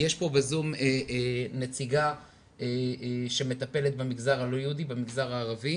יש בזום נציגה שמטפלת במגזר הערבי.